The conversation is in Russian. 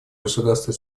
государства